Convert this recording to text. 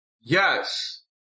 Yes